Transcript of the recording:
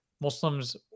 Muslims